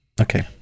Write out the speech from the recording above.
Okay